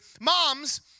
moms